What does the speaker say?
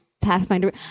Pathfinder